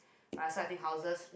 ah so I think houses